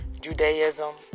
Judaism